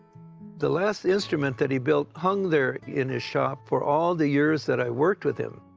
the last instrument that he built hung there in his shop for all the years that i worked with him.